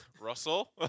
Russell